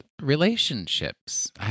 relationships